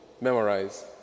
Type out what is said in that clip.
memorize